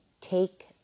take